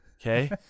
Okay